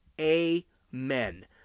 Amen